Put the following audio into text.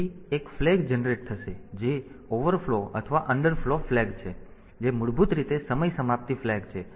તેથી એક flag generate થશે જે ઓવરફ્લો અથવા અંડરફ્લો ફ્લેગ છે જે મૂળભૂત રીતે સમય સમાપ્તિ ફ્લેગ છે